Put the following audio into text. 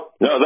no